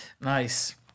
Nice